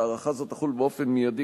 הארכה זו תחול באופן מיידי,